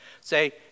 say